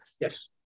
yes